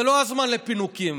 זה לא הזמן לפינוקים,